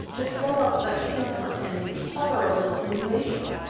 to throw out such insolent and intolerable insinuations?